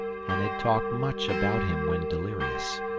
and had talked much about him when delirious.